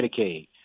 Medicaid